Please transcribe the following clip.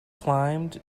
climbed